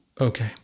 okay